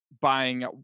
buying